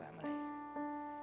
family